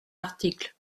article